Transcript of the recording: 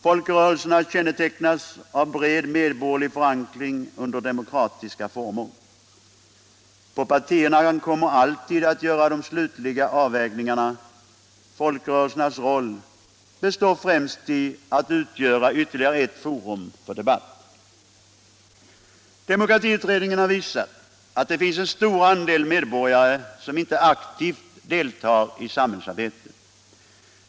Folkrörelserna kännetecknas av bred medborgerlig förankring under demokratiska former. På partierna ankommer alltid att göra de slutliga avvägningarna. Folkrörelsernas roll består främst i att utgöra ytterligare ett forum för debatt. Demokratiutredningen har visat att det finns en stor andel medborgare som inte aktivt deltar i samhällsarbete.